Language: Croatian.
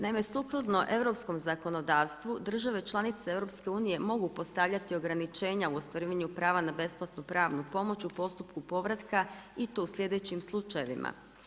Naime, sukladno europskom zakonodavstvu, države članice EU-a, mogu postavljati ograničenja u ostvarivanju prava na besplatnu pravnu pomoć u postupku povratka i to u slijedećim slučajevima.